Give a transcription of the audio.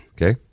Okay